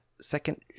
Second